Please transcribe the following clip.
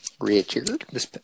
Richard